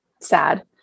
sad